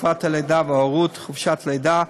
תקופת הלידה וההורות (חופשת לידה)